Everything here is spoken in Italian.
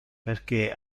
perché